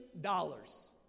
dollars